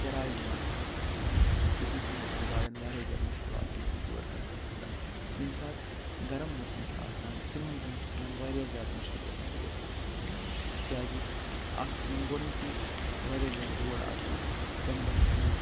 چرایہِ یِوان کھسنَس منٛز یٔتہِ نَسَن یِمَن گاڑیٚن واریاہ زیادٕ مُشکِلات چھِ گژھان تور کھسنَس منٛز ییٚمہِ ساتہٕ گرم موسم چھِ آسان تِمَن دۄہَن چھِ تِمَن واریاہ زیادٕ مُشکِل گژھان تور کھسنَس منٛز تِکیٛازِ اَکھ چھِ تِمَن گۄڈٕنٮ۪تھٕے واریاہ زیادٕ لوڈ آسان تٔمۍ پتہٕ چھِ تِمَن